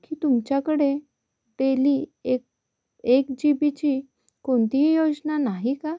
की तुमच्याकडे डेली एक एक जी बीची कोणतीही योजना नाही का